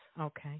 okay